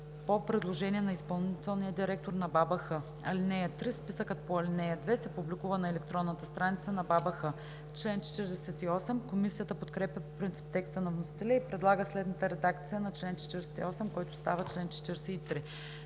по предложение на изпълнителния директор на БАБХ. (3) Списъкът по ал. 2 се публикува на електронната страница на БАБХ.“ Комисията подкрепя по принцип текста на вносителя и предлага следната редакция на чл. 48, който става чл. 43: